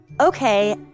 okay